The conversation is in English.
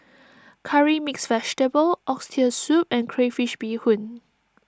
Curry Mixed Vegetable Oxtail Soup and Crayfish BeeHoon